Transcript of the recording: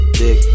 dick